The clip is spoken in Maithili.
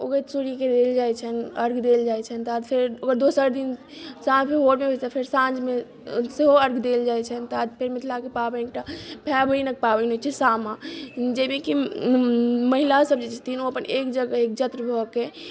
उगैत सूर्यके देल जाइत छनि अर्घ्य देल जाइत छनि तकर बाद फेर दोसर दिन साँझो फेर साँझमे सेहो अर्घ्य देल जाइत छनि तकर बाद फेर मिथिलाके पाबनि एकटा भाय बहिनक पाबनि होइत छै सामा जाहिमे कि महिलासभ जे छथिन ओ अपन एक जगह एकत्र भऽ के